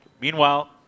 Meanwhile